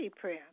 prayer